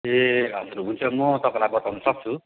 ए हजुर हुन्छ म तपाईँलाई बताउन सक्छु